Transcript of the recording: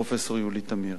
פרופסור יולי תמיר.